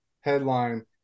headline